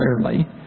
clearly